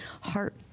heart